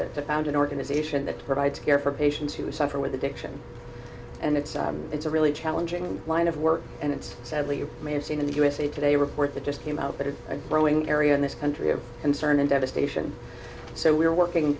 to found an organization that provides care for patients who suffer with addiction and it's it's a really challenging line of work and it's sadly you may have seen in the usa today report that just came out but it's a growing area in this country of concern and devastation so we're working